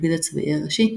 הפרקליט הצבאי הראשי,